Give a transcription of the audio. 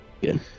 Good